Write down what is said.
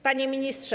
Panie Ministrze!